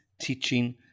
teaching